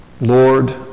Lord